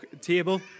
table